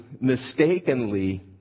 mistakenly